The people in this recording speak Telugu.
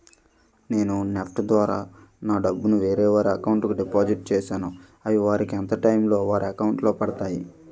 నేను నెఫ్ట్ ద్వారా నా డబ్బు ను వేరే వారి అకౌంట్ కు డిపాజిట్ చేశాను అవి వారికి ఎంత టైం లొ వారి అకౌంట్ లొ పడతాయి?